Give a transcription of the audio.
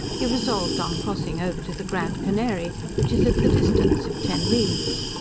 he resolved on crossing over to the grand canary, which is at the distance of ten leagues,